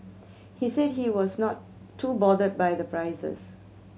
he said he was not too bothered by the prices